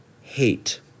hate